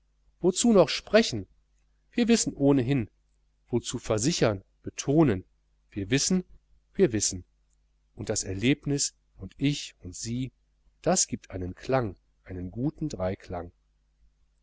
wozu noch sprechen wir wissen ohnehin wozu versichern betonen wir wissen wir wissen und das erlebnis und ich und sie das gibt einen klang einen guten dreiklang